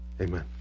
Amen